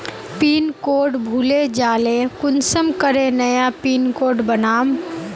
Pin code भूले जाले कुंसम करे नया पिन कोड बनाम?